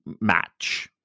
match